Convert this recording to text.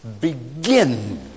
begin